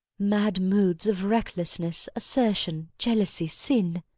mad moods of recklessness, assertion, jealousy, sin.